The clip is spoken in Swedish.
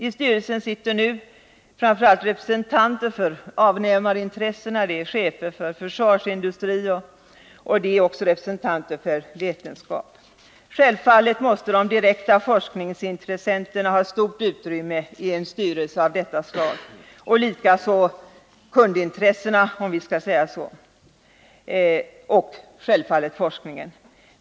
I styrelsen sitter nu framför allt representanterna för avnämarintressena. Det är chefer för försvarsindustri och liknande och representanter för vetenskap. Självfallet måste de direkta forskningsintressenterna ha stort utrymme i en styrelse av detta slag, och likaså kundintressena och forskningen.